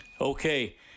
Okay